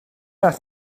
mynd